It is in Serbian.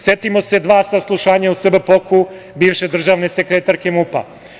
Setimo se dva saslušanja u SBPOK-u bivše državne sekretarke MUP-a.